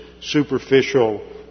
superficial